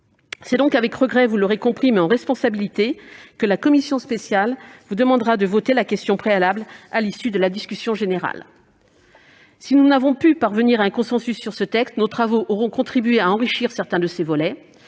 C'est donc avec regrets, vous l'aurez compris, mes chers collègues, mais en responsabilité, que la commission spéciale vous demandera de voter la motion tendant à opposer la question préalable à l'issue de la discussion générale. Si nous n'avons pu parvenir à un consensus sur ce texte, nos travaux auront contribué à enrichir certains de ses volets.